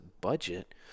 budget